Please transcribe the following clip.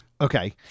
Okay